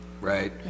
right